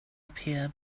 appear